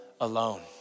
alone